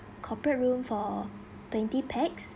corporate room for twenty pax